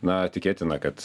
na tikėtina kad